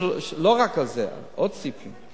לא רק על זה, עוד סעיפים.